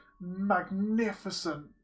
magnificent